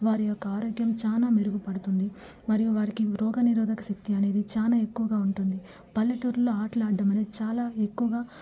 వారి యొక్క ఆరోగ్యం చాలా మెరుగుపడుతుంది మరియు వారికి రోగ నిరోధక శక్తి అనేది చాలా ఎక్కువగా ఉంటుంది పల్లెటూరుల్లో ఆటలాడడం అనేది చాలా ఎక్కువగా